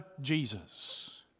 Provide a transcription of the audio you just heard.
Jesus